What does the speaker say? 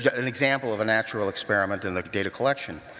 yeah an example of a natural experiment in like data collection.